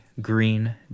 green